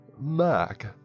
Mac